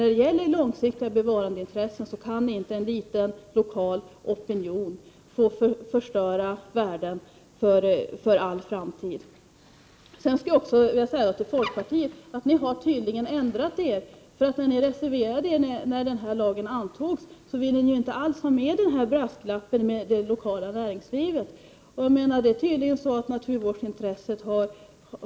När det gäller långsiktiga bevarandeintressen kan dock inte, som sagt, en liten lokal opinion få förstöra värden för all framtid. Ni i folkpartiet har tydligen ändrat uppfattning. Ni reserverade er ju när den aktuella lagen antogs. Ni ville inte alls ha med brasklappen om det lokala näringslivet. Tydligen har ert intresse för naturvården blivit mindre.